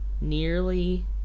nearly